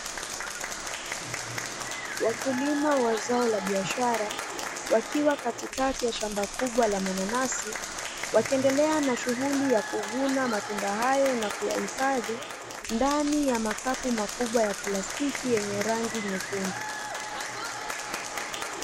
Wakulima wa zao la biashara wakiwa katikati ya shamba kubwa la mananasi, wakiendelea na shughuli ya kuvuna matunda hayo na kuyahifandi ndani ya makapu makubwa ya plastiki yenye rangi nyekundu.